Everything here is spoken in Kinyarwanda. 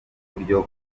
buryo